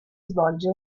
svolge